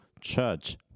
church